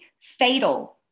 fatal